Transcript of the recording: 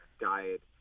diet